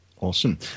Awesome